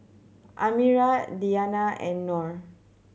Amirah Diyana and Nor